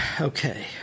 okay